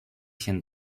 się